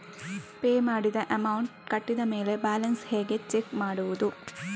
Pay ಮಾಡಿದ amount ಕಟ್ಟಿದ ಮೇಲೆ ಬ್ಯಾಲೆನ್ಸ್ ಹೇಗೆ ಚೆಕ್ ಮಾಡುವುದು?